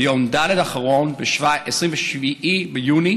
ביום ד' האחרון, 27 ביוני